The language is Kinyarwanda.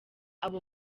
abo